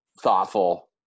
thoughtful